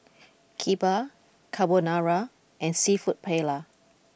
Kheema Carbonara and Seafood Paella